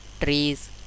trees